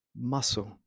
muscle